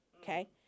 okay